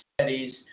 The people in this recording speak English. studies